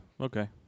okay